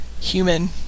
human